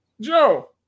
Joe